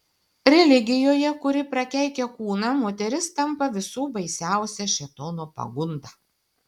religijoje kuri prakeikia kūną moteris tampa visų baisiausia šėtono pagunda